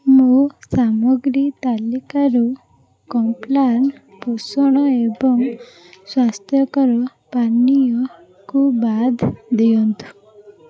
ମୋ ସାମଗ୍ରୀ ତାଲିକାରୁ କମ୍ପ୍ଲାନ୍ ପୋଷଣ ଏବଂ ସ୍ଵାସ୍ଥ୍ୟକର ପାନୀୟକୁ ବାଦ୍ ଦିଅନ୍ତୁ